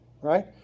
Right